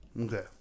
Okay